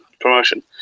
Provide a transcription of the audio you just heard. promotion